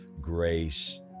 grace